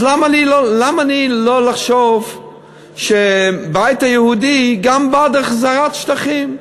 אז למה לי לא לחשוב שהבית היהודי גם בעד החזרת שטחים?